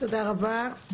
תודה רבה.